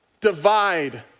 divide